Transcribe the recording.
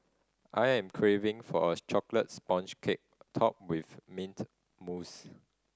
I am craving for a chocolate sponge cake topped with mint mousse